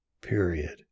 Period